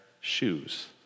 shoes